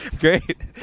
Great